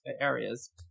areas